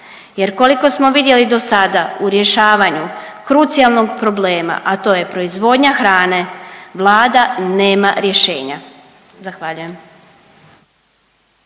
jer koliko smo vidjeli dosada u rješavanju krucijalnog problema, a to je proizvodnja hrane, vlada nema rješenja. Zahvaljujem.